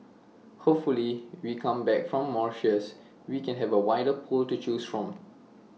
hopefully we come back from Mauritius we can have A wider pool to choose from